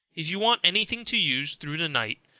if you want any thing to use through the night,